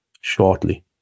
shortly